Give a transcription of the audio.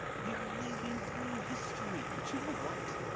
we are living through history! but you know what?